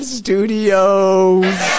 studios